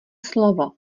slovo